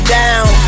down